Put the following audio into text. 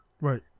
Right